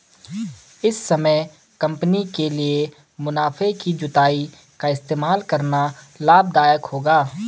इस समय कंपनी के लिए मुनाफे की जुताई का इस्तेमाल करना लाभ दायक होगा